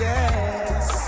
Yes